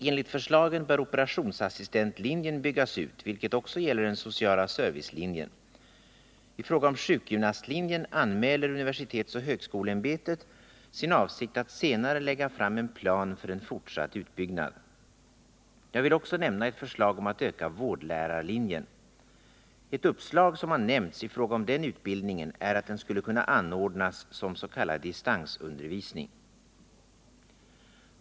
Enligt förslagen bör operationsassistentlinjen byggas ut, vilket också gäller den sociala servicelinjen. I fråga om sjukgymnastlinjen anmäler universitetsoch högskoleämbetet sin avsikt att senare lägga fram en plan för en fortsatt utbyggnad. Jag vill också nämna ett förslag om att öka vårdlärarlinjen. Ett uppslag som har nämnts i fråga om den utbildningen är att den skulle kunna anordnas som s.k. distansundervisning.